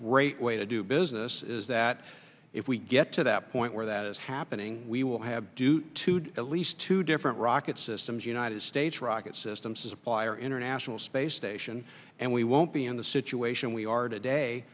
great way to do business is that if we get to that point where that is happening we will have do to do at least two different rocket systems united states rocket systems supplier international space station and we won't being in the situation we are today